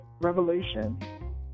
Revelation